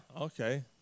Okay